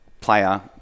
player